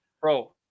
Bro